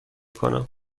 کنم